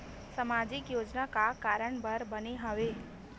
सामाजिक योजना का कारण बर बने हवे?